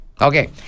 Okay